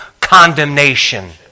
Condemnation